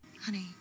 honey